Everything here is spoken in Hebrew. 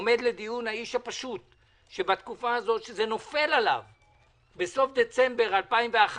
עומד לדיון האיש הפשוט שזה נופל עליו בסוף דצמבר 2020,